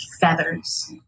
feathers